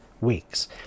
weeks